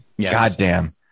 Goddamn